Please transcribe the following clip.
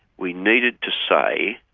we needed to say,